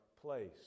place